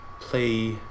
play